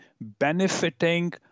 benefiting